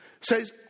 Says